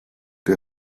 der